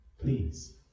Please